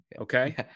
Okay